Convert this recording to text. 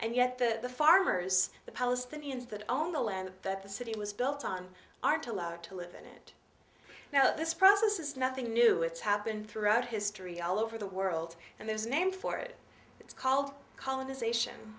and yet the farmers the palestinians that own the land that the city was built on aren't allowed to live in it now this process is nothing new it's happened throughout history all over the world and there's a name for it it's called colonization